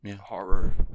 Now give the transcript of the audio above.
Horror